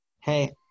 hey